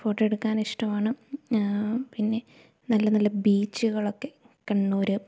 photo എടുക്കാൻ ഇഷ്ടമാണ് പിന്നെ നല്ല നല്ല ബീച്ചുകൾ ഒക്കെ കണ്ണൂർ